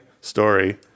story